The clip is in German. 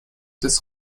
des